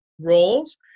roles